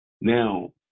Now